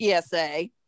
psa